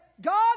God